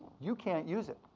you can't use it,